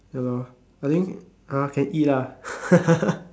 ya lor I think ah can eat ah